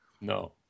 No